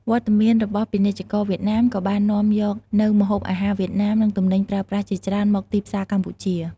វត្តមានរបស់ពាណិជ្ជករវៀតណាមក៏បាននាំយកនូវម្ហូបអាហារវៀតណាមនិងទំនិញប្រើប្រាស់ជាច្រើនមកទីផ្សារកម្ពុជា។